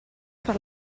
per